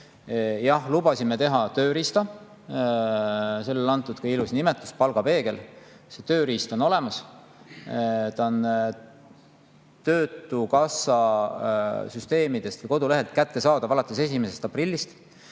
Jah, lubasime teha tööriista. Sellele on antud ka ilus nimetus, palgapeegel. See tööriist on olemas. See on töötukassa süsteemist või kodulehelt kättesaadav alates 1. aprillist.